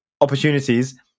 Opportunities